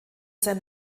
sein